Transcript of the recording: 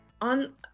on